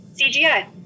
CGI